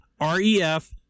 REF